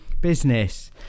business